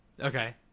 Okay